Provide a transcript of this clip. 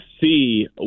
see